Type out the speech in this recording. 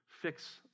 fix